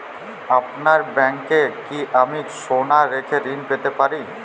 আপনার ব্যাংকে কি আমি সোনা রেখে ঋণ পেতে পারি?